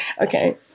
Okay